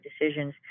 decisions